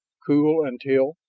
cool until